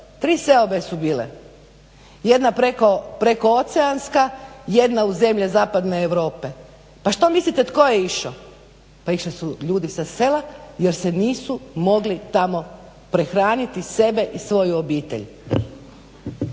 3 seobe su bile, jedna preko oceanska, jedna u zemlje zapadne Europe. Pa što mislite tko je išo? Pa išli su ljudi sa sela jer se nisu mogli tamo prehraniti, sebe i svoju obitelj.